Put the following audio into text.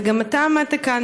וגם אתה עמדת כאן,